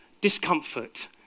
discomfort